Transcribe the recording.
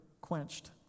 quenched